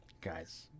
Guys